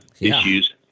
issues